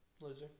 Loser